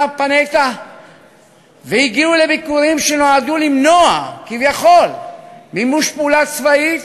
פּאנטה לביקורים שנועדו למנוע כביכול מימוש פעולה צבאית